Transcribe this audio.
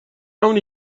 اونی